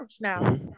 now